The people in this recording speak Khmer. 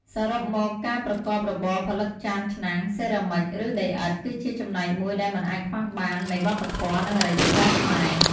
សរុបមក ការប្រកបរបរផលិតចានឆ្នាំង សេរ៉ាមិច ឬ ដីឥដ្ឋ គឺជាចំណែកមួយដែលមិនអាចខ្វះបាននៃវប្បធម៌ និងអរិយធម៌ខ្មែរ។